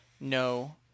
No